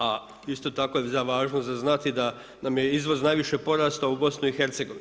A isto tako je važno za znati da nam je izvoz najviše porastao u BiH.